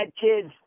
kids